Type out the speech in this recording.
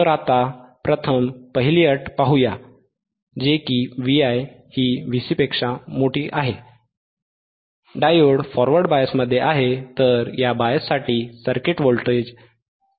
तर आता प्रथम पहिली अट पाहूया Vi ही Vc पेक्षा मोठी आहे Vi Vc डायोड फॉरवर्ड बायसमध्ये आहे